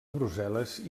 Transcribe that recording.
brussel·les